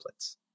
templates